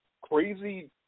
crazy